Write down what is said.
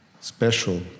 special